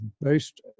based